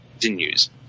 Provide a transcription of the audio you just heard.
continues